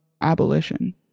abolition